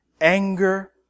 anger